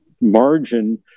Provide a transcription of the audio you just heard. margin